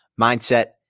mindset